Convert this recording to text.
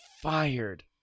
fired